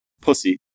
pussy